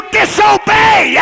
disobey